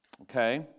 Okay